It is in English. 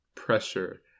pressure